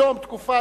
בתום תקופת,